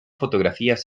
fotografías